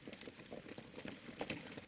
right